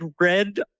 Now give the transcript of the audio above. read